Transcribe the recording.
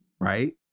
right